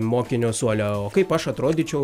mokinio suole o kaip aš atrodyčiau